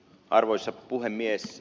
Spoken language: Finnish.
arvoisa puhemies